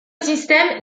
système